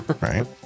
Right